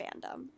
fandom